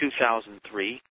2003